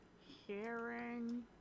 Hearing